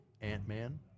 Ant-Man